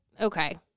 okay